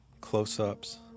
close-ups